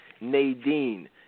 Nadine